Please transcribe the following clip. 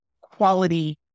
quality